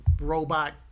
robot